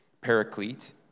Paraclete